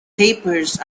papers